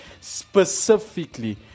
Specifically